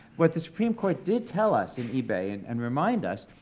what the supreme court did tell us in ebay and and remind us,